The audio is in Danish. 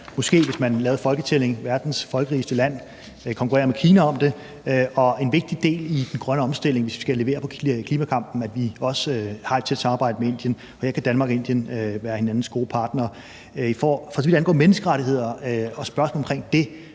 måske, hvis man laver en folketælling, verdens folkerigeste land, de konkurrerer med Kina om det, og en vigtig del i den grønne omstilling, hvis vi skal levere på klimakampen, er også, at vi har et tæt samarbejde med Indien, og her kan Danmark og Indien være hinandens gode partnere. For så vidt angår menneskerettigheder og spørgsmålet omkring det,